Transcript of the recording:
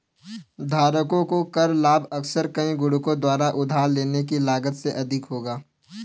धारकों को कर लाभ अक्सर कई गुणकों द्वारा उधार लेने की लागत से अधिक होगा